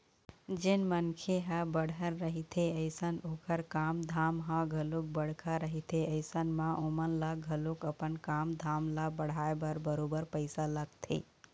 जेन मनखे ह बड़हर रहिथे अइसन ओखर काम धाम ह घलोक बड़का रहिथे अइसन म ओमन ल घलोक अपन काम ल बढ़ाय बर बरोबर पइसा लगथे